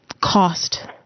cost